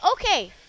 okay